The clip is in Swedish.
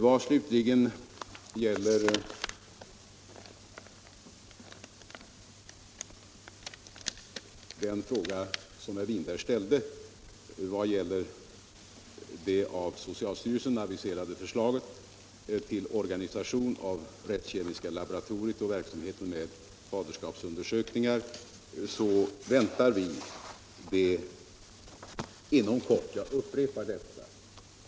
Vad slutligen gäller den fråga som herr Winberg ställde om det av socialstyrelsen aviserade förslaget till organisation av rättskemiska laboratoriet och verksamheten med faderskapsundersökningar vill jag upprepa att vi väntar det inom kort.